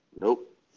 Nope